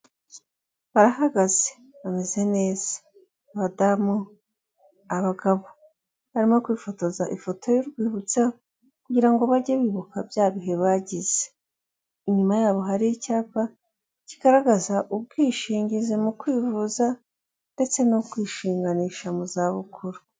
Icyumba kigaragara nkaho hari ahantu bigira ikoranabuhanga, hari abagabo babiri ndetse hari n'undi utari kugaragara neza, umwe yambaye ishati y'iroze undi yambaye ishati y'umutuku irimo utubara tw'umukara, imbere yabo hari amaterefoni menshi bigaragara ko bari kwihugura.